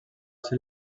ser